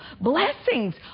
Blessings